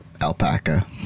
Alpaca